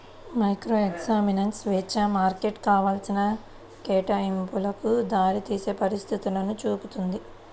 microeconomics స్వేచ్ఛా మార్కెట్లు కావాల్సిన కేటాయింపులకు దారితీసే పరిస్థితులను చూపుతుంది